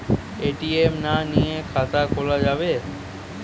ATM না নিয়ে খাতা খোলা যাবে?